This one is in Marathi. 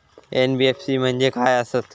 एन.बी.एफ.सी म्हणजे खाय आसत?